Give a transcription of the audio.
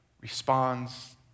responds